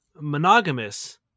monogamous